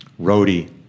roadie